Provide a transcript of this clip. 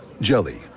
Jelly